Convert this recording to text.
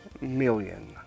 million